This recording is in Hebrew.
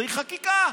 צריך חקיקה.